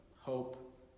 hope